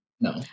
No